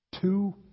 Two